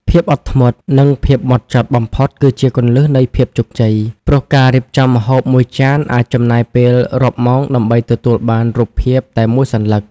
ភាពអត់ធ្មត់ និងភាពហ្មត់ចត់បំផុតគឺជាគន្លឹះនៃភាពជោគជ័យ ព្រោះការរៀបចំម្ហូបមួយចានអាចចំណាយពេលរាប់ម៉ោងដើម្បីទទួលបានរូបភាពតែមួយសន្លឹក។